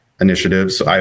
initiatives